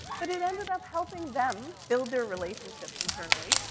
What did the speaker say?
but it ended up helping them build their relationships internally,